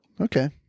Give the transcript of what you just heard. Okay